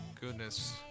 Goodness